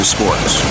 Sports